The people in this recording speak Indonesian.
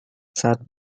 saat